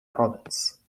province